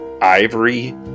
ivory